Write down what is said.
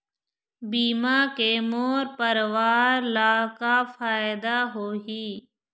बीमा के मोर परवार ला का फायदा होही?